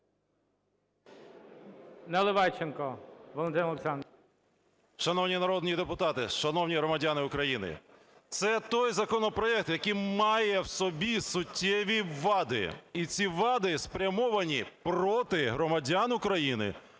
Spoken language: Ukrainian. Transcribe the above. НАЛИВАЙЧЕНКО В.О. Шановні народні депутати, шановні громадяни України, це той законопроект, який має в собі суттєві вади і ці вади спрямовані проти громадян України,